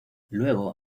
luego